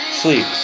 sleep